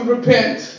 Repent